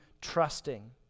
trusting